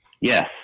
Yes